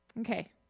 Okay